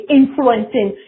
influencing